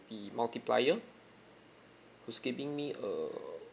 be multiplier who's giving me err